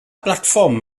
blatfform